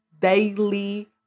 daily